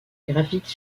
graphique